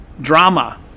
drama